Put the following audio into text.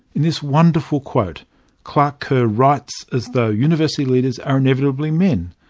this wonderful quote quote kerr writes as though university leaders are inevitably men,